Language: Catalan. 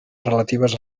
relatives